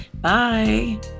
Bye